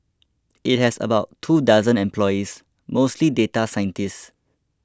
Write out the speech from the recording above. it has about two dozen employees mostly data scientists